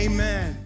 Amen